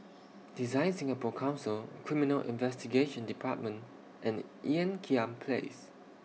Design Singapore Council Criminal Investigation department and Ean Kiam Place